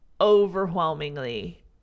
overwhelmingly